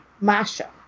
Masha